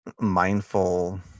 mindful